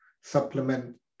supplement